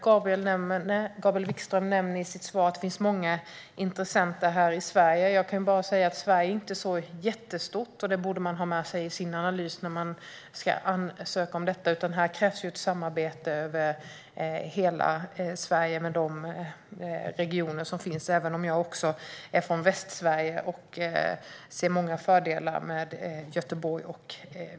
Gabriel Wikström nämnde i sitt svar att det finns många intressenter här i Sverige. Sverige är inte så jättestort, och det borde man ha med sig i sin analys när man ska lämna in sin ansökan. Här krävs det ett samarbete över hela Sverige och de regioner som finns. Jag är från Västsverige och ser många fördelar med Göteborg.